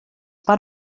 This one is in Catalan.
per